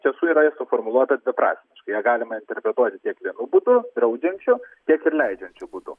tiesų yra ji suformuluota dviprasmiškai ją galima interpretuoti tiek vienu būdu draudžiančiu tiek ir leidžiančiu būdu